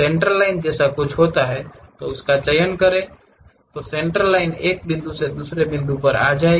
centreline जैसा कुछ होता है यह चुनें कि सेंटरलाइन एक बिंदु से दूसरे बिंदु पर आ जाए